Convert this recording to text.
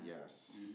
Yes